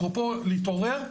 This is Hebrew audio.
אפרופו להתעורר,